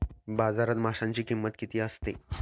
बाजारात माशांची किंमत किती असते?